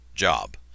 job